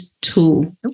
tool